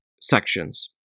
sections